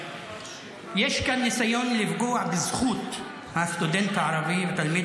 יש כאן ניסיון לפגוע בזכות הסטודנט הערבי והתלמיד